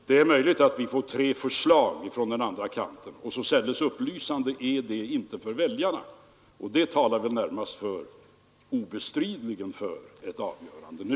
Det är möjligt att vi får tre förslag från den andra kanten, och så särdeles upplysande är inte det för väljarna. Det talar obestridligen för ett avgörande nu.